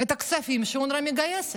את הכספים שאונר"א מגייסת?